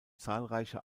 zahlreiche